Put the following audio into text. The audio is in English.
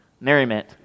merriment